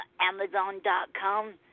Amazon.com